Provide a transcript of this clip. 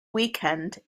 weekend